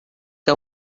que